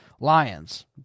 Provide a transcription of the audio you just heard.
Lions